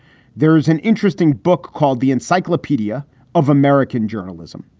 there is an interesting book called the encyclopedia of american journalism,